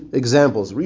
examples